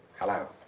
hello.